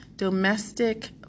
Domestic